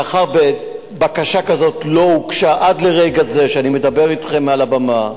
מאחר שבקשה כזאת לא הוגשה עד לרגע זה שאני מדבר אתכם מעל הבמה,